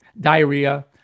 diarrhea